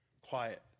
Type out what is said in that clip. quiet